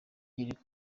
yereka